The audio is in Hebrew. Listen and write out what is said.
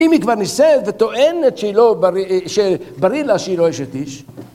אם היא כבר נישאת וטוענת שברי לה שהיא לא אשת איש.